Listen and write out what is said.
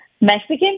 Mexican